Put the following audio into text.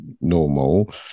normal